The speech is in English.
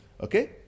okay